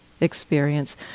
experience